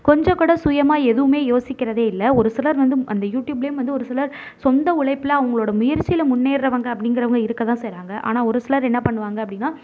கொஞ்சம் கூட சுயமாக எதுவுமே யோசிக்கிறதே இல்லை ஒரு சிலர் வந்து அந்த யூடியூப்லேயும் வந்து ஒரு சிலர் சொந்த உழைப்பில் அவங்களோட முயற்சியில் முன்னேறுறவங்க அப்டிங்கிறவங்க இருக்கதான் செய்கிறாங்க ஆனால் ஒரு சிலர் என்ன பண்ணுவாங்க அப்படினா